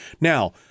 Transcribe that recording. Now